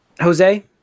Jose